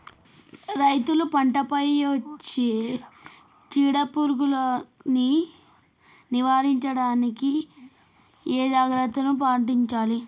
రైతులు పంట పై వచ్చే చీడ పురుగులు నివారించడానికి ఏ జాగ్రత్తలు పాటించాలి?